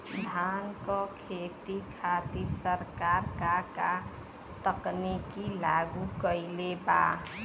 धान क खेती खातिर सरकार का का तकनीक लागू कईले बा?